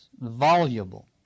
voluble